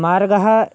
मार्गः